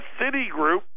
Citigroup